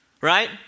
right